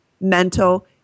mental